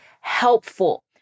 helpful